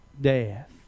death